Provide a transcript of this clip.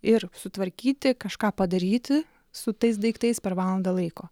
ir sutvarkyti kažką padaryti su tais daiktais per valandą laiko